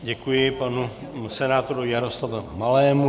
Děkuji panu senátoru Jaroslavu Malému.